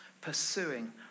pursuing